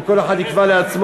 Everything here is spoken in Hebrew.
אם כל אחד יקבע לעצמו,